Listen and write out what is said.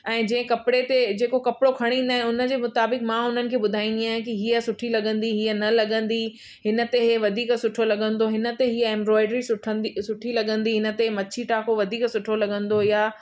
ऐं जे कपिड़े ते जेको कपिड़ो खणी ईंदा आहियूं उन जे मुताबिक मां उन्हनि खे ॿुधाईंदी आहियां की हीअं सुठी लॻंदी हीअं न लॻंदी हिन ते हे वधीक सुठो लॻंदो हिन ते ही एंब्रॉयडरी सुठंदी सुठी लॻंदी हिन ते मच्छी टाको वधीक सुठो लॻंदो या